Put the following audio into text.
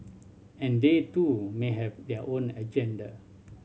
and they too may have their own agenda